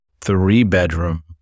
three-bedroom